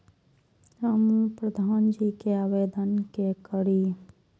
हमू प्रधान जी के आवेदन के करी?